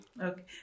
Okay